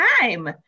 time